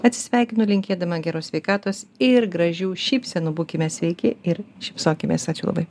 atsisveikinu linkėdama geros sveikatos ir gražių šypsenų būkime sveiki ir šypsokimės ačiū labai